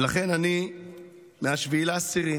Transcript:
לכן אני מ-7 באוקטובר,